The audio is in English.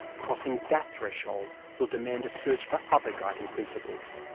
crossing that threshold will demand a search for other guiding principles.